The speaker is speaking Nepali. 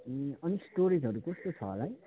अनि स्टोरेजहरू कस्तो छ होला है